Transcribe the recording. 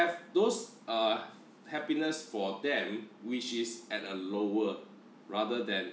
have those err happiness for them which is at a lower rather than